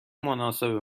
مناسب